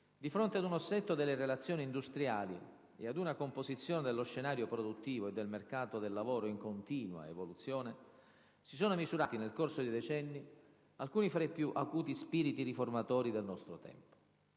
di fronte ad un assetto delle relazioni industriali e ad una composizione dello scenario produttivo e del mercato del lavoro in continua evoluzione, si sono misurati, nel corso dei decenni, alcuni fra i più acuti spiriti riformatori del nostro tempo.